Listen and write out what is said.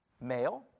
Male